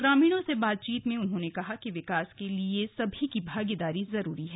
ग्रामीणों से बातचीत में उन्होंने कहा कि विकास के लिए सभी की भागीदारी होना जरूरी है